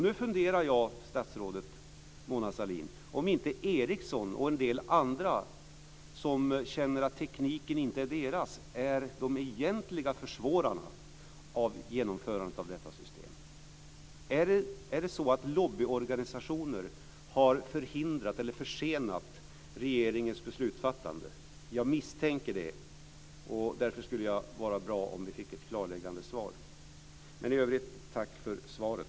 Nu funderar jag, statsrådet Mona Sahlin, över om inte Ericsson och en del andra som känner att tekniken inte är deras är de egentliga försvårarna av genomförandet av detta system. Har lobbyorganisationer förhindrat eller försenat regeringens beslutsfattande? Jag misstänker det. Därför skulle det vara bra om vi fick ett klarläggande svar på den frågan. Men i övrigt tackar jag för svaret.